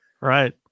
right